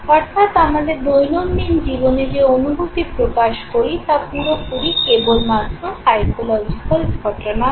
অর্থাৎ আমাদের দৈনন্দিন জীবনে যে অনুভূতি প্রকাশ করি তা পুরোপুরি কেবলমাত্র সাইকোলজিকাল ঘটনা না